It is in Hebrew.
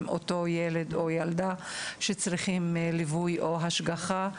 אותו ילד או ילדה שצריכים ליווי או השגחה.